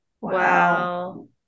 Wow